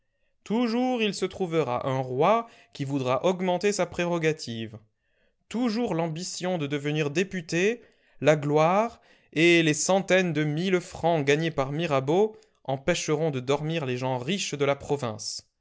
toujours il se trouvera un roi qui voudra augmenter sa prérogative toujours l'ambition de devenir député la gloire et les centaines de mille francs gagnés par mirabeau empêcheront de dormir les gens riches de la province